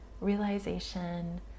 realization